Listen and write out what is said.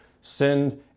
send